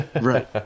Right